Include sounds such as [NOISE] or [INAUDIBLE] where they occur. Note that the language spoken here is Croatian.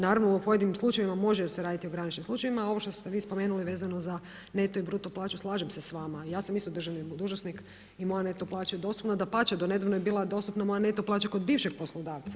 Naravno u pojedinim slučajevima može se raditi o … [UNINTELLIGIBLE] slučajevima a ovo što ste vi spomenuli za neto i bruto plaću, slažem se s vama, ja sam isto državni dužnosnik i moja neto plaća je dostupna, dapače, do nedavno je bila dostupna moja neto plaća kod bivšeg poslodavca.